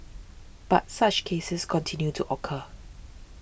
but such cases continue to occur